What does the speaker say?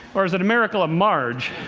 or is it a miracle of marge?